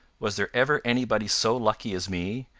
was there ever anybody so lucky as me?